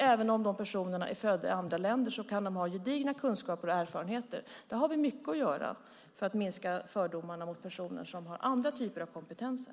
Även om de personerna är födda i andra länder kan de ha gedigna kunskaper och erfarenheter. Där har vi mycket att göra, för att minska fördomarna mot personer som har andra typer av kompetenser.